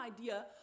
idea